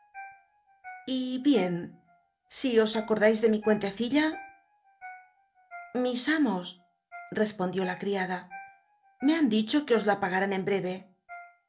y bien si os acorda eis de mi cuente ci mis amos respondió la criada me han dicho que os la paganín en bl'el'e